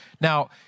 Now